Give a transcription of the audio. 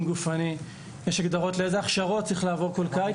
גופני; יש הגדרות לאילו הכשרות צריך לעבור כל קיץ,